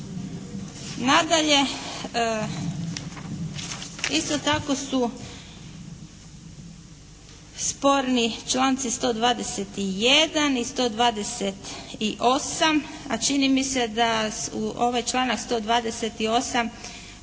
Nadalje, isto tako su sporni članci 121. i 128. a čini mi se da ovaj članak 128.